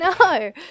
No